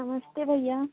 नमस्ते भैया